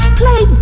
play